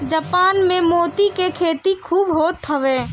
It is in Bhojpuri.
जापान में मोती के खेती खूब होत हवे